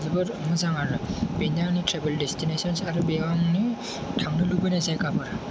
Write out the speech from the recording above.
जोबोद मोजां आरो बेनो आंनि ट्रेभेल देस्टिनेसनस आरो बेयावनो थांनो लुबैनाय जायगा आरो